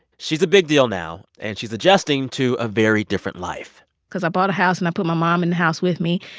she's a big deal now, and she's adjusting to a very different life because i bought a house, and i put my mom in the house with me.